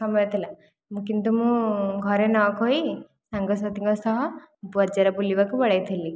ସମୟ ଥିଲା କିନ୍ତୁ ମୁଁ ଘରେ ନ କହି ସାଙ୍ଗସାଥୀଙ୍କ ସହ ବଜାର ବୁଲିବାକୁ ପଳାଇଥିଲି